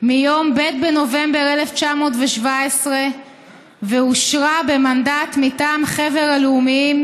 "מיום ב' בנובמבר 1917 ואושרה במנדט מטעם חבר הלאומים,